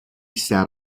sat